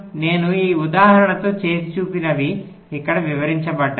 నేను ఆ ఉదాహరణతో చేసి చూపినవి ఇక్కడ వివరించబడ్డాయి